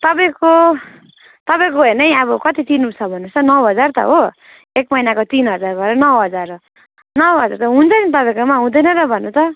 तपाईँको तपाईँको हेर्नु है अब कति तिर्नु छ भन्नुहोस् त नौ हजार त हो एक महिनाको तिन हजार गरेर नौ हजार हो नौ हजार त हुन्छ नि तपाईँकोमा हुँदैन र भन्नु त